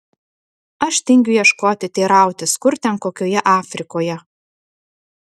aš tingiu ieškoti teirautis kur ten kokioje afrikoje